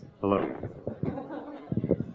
Hello